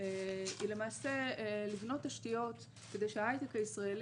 היא למעשה לבנות תשתיות כדי שהייטק הישראלי,